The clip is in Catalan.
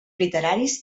literaris